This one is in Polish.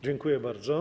Dziękuję bardzo.